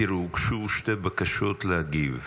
תראו, הוגשו שתי בקשות להגיב.